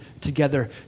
together